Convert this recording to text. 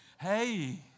Hey